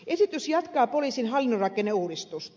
esitys jatkaa poliisin hallintorakenneuudistusta